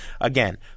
Again